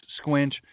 squinch